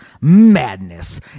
madness